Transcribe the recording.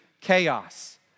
chaos